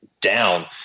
down